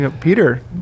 Peter